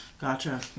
Gotcha